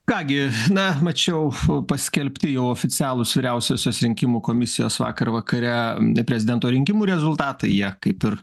ką gi na mačiau fu paskelbti oficialūs vyriausiosios rinkimų komisijos vakar vakare ne prezidento rinkimų rezultatai jie kaip ir